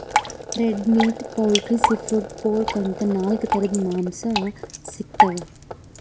red meat, poultry, seafood, pork ಅಂತಾ ನಾಲ್ಕ್ ಥರದ್ ಮಾಂಸಾ ಸಿಗ್ತವ್